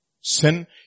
sin